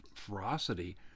ferocity